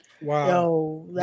Wow